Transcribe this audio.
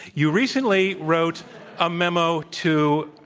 you recently wrote a memo to,